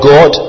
God